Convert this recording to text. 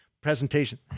presentation